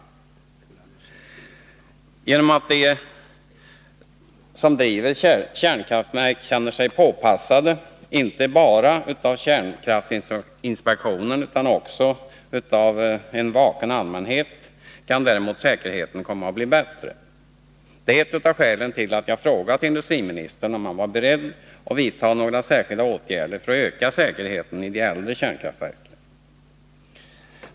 Eftersom de som driver kärnkraftverken känner sig påpassade inte bara av kärnkraftinspektionen utan också av en vaken allmänhet, kan däremot säkerheten komma att bli bättre. Det är ett av skälen till att jag frågat energiministern om han är beredd att vidta några särskilda åtgärder för att öka säkerheten vid de äldre kärnkraftverken.